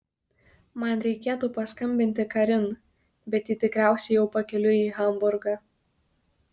man reikėtų paskambinti karin bet ji tikriausiai jau pakeliui į hamburgą